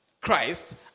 Christ